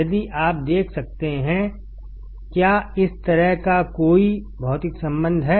यदि आप देख सकते हैं क्या इस तरह का कोई भौतिक संबंध है